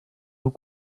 nous